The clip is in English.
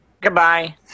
Goodbye